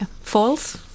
False